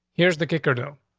here's the kicker dough.